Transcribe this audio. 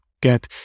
get